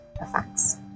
effects